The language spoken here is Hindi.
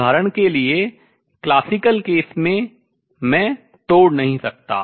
उदाहरण के लिए classical case शास्त्रीय मामले में मैं तोड़ नहीं सकता